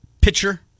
pitcher